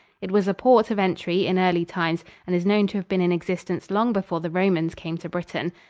it was a port of entry in early times and is known to have been in existence long before the romans came to britain.